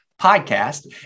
podcast